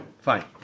fine